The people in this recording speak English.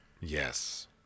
Yes